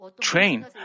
train